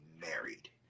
married